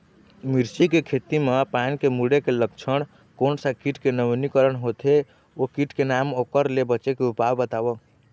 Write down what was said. मिर्ची के खेती मा पान के मुड़े के लक्षण कोन सा कीट के नवीनीकरण होथे ओ कीट के नाम ओकर ले बचे के उपाय बताओ?